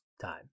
time